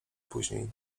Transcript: później